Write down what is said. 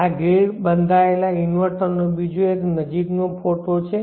આ ગ્રીડ બંધાયેલ ઇન્વર્ટરનો બીજો એક નજીક નો ફોટો છે